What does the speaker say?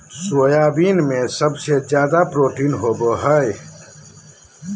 soybean में सबसे ज़्यादा प्रोटीन होबा हइ